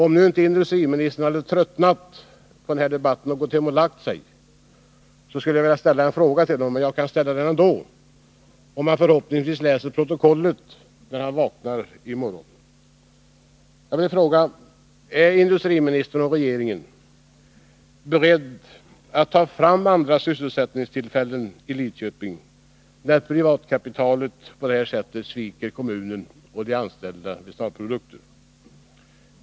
Om nu inte industriministern hade tröttnat på den här debatten och gått hem och lagt sig, skulle jag ha ställt en fråga till honom, men jag kan ställa den ändå — förhoppningsvis läser han protokollet när han vaknar i morgon: Är industriministern och regeringen beredda att ta fram andra sysselsättningstillfällen i Lidköping när privatkapitalet på det här sättet sviker kommunen och de anställda vid Starprodukter?